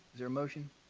there a motion?